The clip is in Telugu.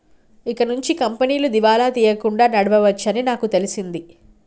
ఇకనుంచి కంపెనీలు దివాలా తీయకుండా నడవవచ్చని నాకు తెలిసింది